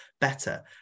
better